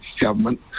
government